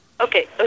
Okay